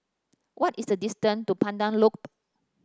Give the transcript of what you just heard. what is the distance to Pandan Loop